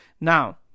Now